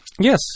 Yes